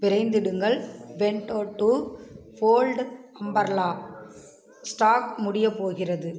விரைந்திடுங்கள் Bento two fold umbrella stock முடியப் போகிறது